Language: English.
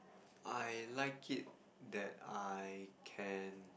I like it that I can